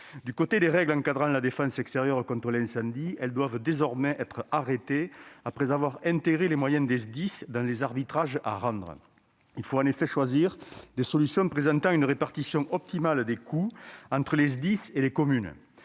pérenne. Les normes en matière de défense extérieure contre l'incendie doivent désormais être figées, et ce après avoir intégré les moyens des SDIS dans les arbitrages à rendre. Il faut en effet choisir des solutions garantissant une répartition optimale des coûts entre les SDIS et les communes.